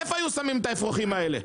איפה היו שמים את האפרוחים האלה?